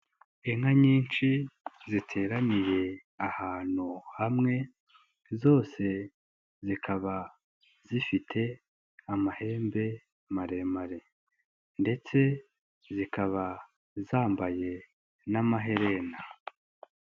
Inka nyinshi ziteraniye ahantu hamwe, zose zikaba zifite amahembe maremare ndetse zikaba zambaye n'amaherena.